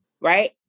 right